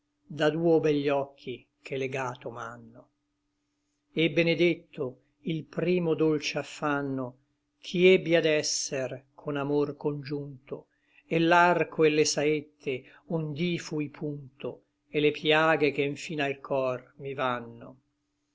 giunto da'duo begli occhi che legato m'ànno et benedetto il primo dolce affanno ch'i ebbi ad esser con amor congiunto et l'arco et le saette ond'i fui punto et le piaghe che nfin al cor mi vanno